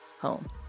home